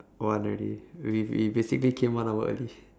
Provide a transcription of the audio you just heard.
one already we we basically came one hour early